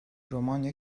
romanya